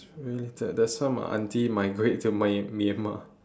related that's why my aunty migrate to myan~ Myanmar